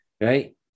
Right